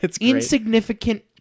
insignificant